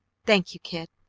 thank you, kid!